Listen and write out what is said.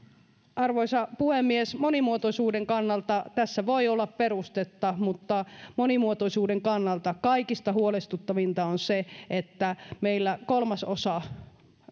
arvoisa puhemies monimuotoisuuden kannalta tässä voi olla perustetta mutta monimuotoisuuden kannalta kaikista huolestuttavinta on se että meillä kolmasosa